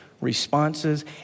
responses